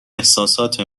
احساسات